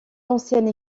ancienne